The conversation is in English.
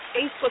Facebook